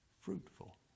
fruitful